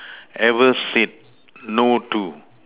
ever said no to